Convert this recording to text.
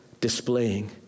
displaying